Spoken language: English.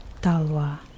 dalwa